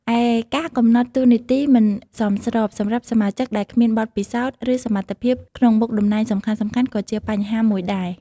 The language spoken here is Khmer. ឯ ការកំណត់តួនាទីមិនសមស្រប សម្រាប់សមាជិកដែលគ្មានបទពិសោធន៍ ឬសមត្ថភាពក្នុងមុខតំណែងសំខាន់ៗក៏ជាបញ្ហាមួយដែរ។